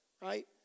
Right